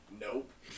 Nope